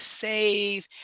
save